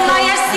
אז אולי יש סיכוי.